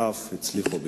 והם אף הצליחו בכך.